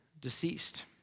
deceased